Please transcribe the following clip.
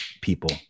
people